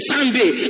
Sunday